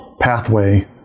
pathway